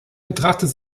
betrachtet